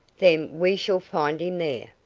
then we shall find him there.